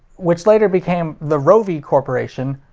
which later became the rovi corporation,